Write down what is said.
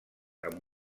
amb